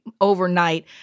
overnight